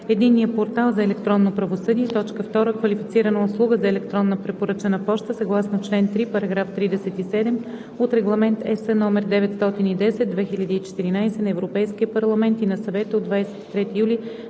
единния портал за електронно правосъдие; 2. квалифицирана услуга за електронна препоръчана поща съгласно чл. 3, § 37 от Регламент (ЕС) № 910/2014 на Европейския парламент и на Съвета от 23 юли